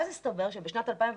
ואז הסתבר שבשנת 2015